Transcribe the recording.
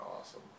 awesome